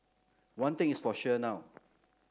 one thing is for sure now